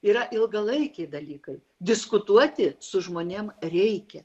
yra ilgalaikiai dalykai diskutuoti su žmonėm reikia